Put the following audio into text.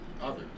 others